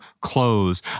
clothes